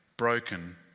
broken